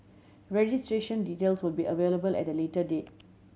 registration details will be available at a later date